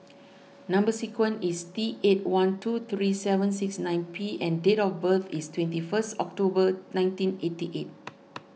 Number Sequence is T eight one two three seven six nine P and date of birth is twenty first October nineteen eighty eight